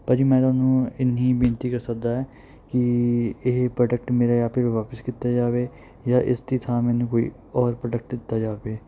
ਭਾਅ ਜੀ ਮੈਂ ਤੁਹਾਨੂੰ ਇੰਨੀ ਬੇਨਤੀ ਕਰ ਸਕਦਾ ਹੈ ਕਿ ਇਹ ਪ੍ਰੋਡਕਟ ਮੇਰਾ ਜਾਂ ਫਿਰ ਵਾਪਿਸ ਕੀਤਾ ਜਾਵੇ ਜਾਂ ਇਸ ਦੀ ਥਾਂ ਮੈਨੂੰ ਕੋਈ ਔਰ ਪ੍ਰੋਡਕਟ ਦਿੱਤਾ ਜਾਵੇ